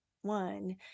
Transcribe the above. one